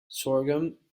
sorghum